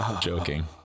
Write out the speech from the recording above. Joking